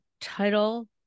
title